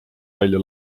välja